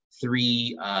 three